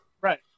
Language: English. Right